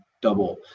double